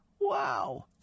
Wow